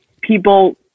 people